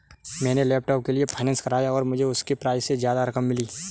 मैंने लैपटॉप के लिए फाइनेंस कराया और मुझे उसके प्राइज से ज्यादा रकम मिली